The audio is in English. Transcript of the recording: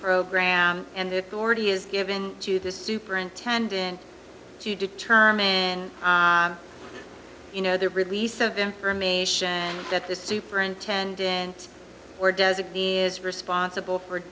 program and it already is given to the superintendent to determine and you know the release of information that the superintendent or designate is responsible for